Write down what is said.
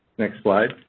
next slide.